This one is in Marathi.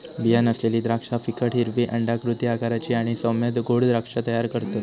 बीया नसलेली द्राक्षा फिकट हिरवी अंडाकृती आकाराची आणि सौम्य गोड द्राक्षा तयार करतत